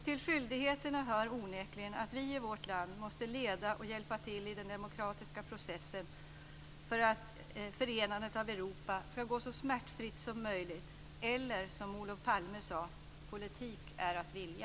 Till skyldigheterna hör onekligen att vi i vårt land måste leda och hjälpa till i den demokratiska processen, så att förenandet av Europa ska gå så smärtfritt som möjligt. Eller, som Olof Palme sade: "Politik är att vilja".